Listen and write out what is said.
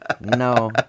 No